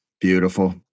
Beautiful